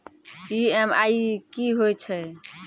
EMI कि होय छै?